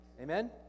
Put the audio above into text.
Amen